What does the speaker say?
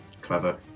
clever